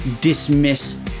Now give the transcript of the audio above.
dismiss